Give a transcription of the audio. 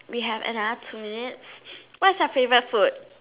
we have another two minutes what's your favourite food